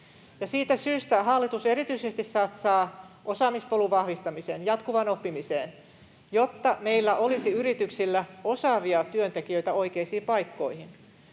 siitä syystä hallitus erityisesti satsaa osaamispolun vahvistamiseen, jatkuvaan oppimiseen, jotta meillä olisi yrityksillä osaavia työntekijöitä oikeisiin paikkoihin.